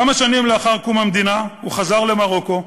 כמה שנים לאחר קום המדינה הוא חזר למרוקו,